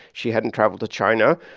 she hadn't traveled to china.